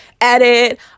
edit